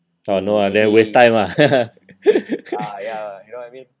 oh no lah then waste time ah